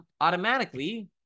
automatically